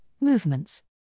Movements